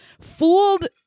fooled